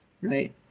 Right